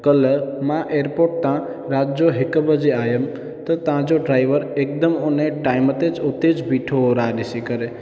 कल मां एयरपोर्ट तां राति जो हिकु वॼे आयुमि त तव्हां जो ड्राईवर हिकदमि उन टाइम ते उतेच ॿीठो हो राह ॾिसी करे